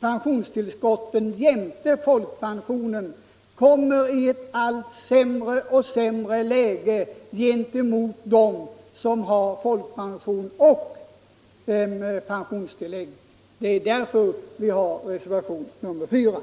pensionstillskotten jämte folkpensionen kommer i ett allt sämre läge gentemot dem som har folkpension och pensionstillägg. Det är anledningen till att vi har reserverat oss på denna punkt.